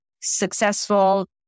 successful